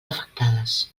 afectades